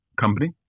company